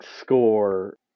score